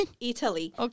Italy